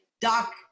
Doc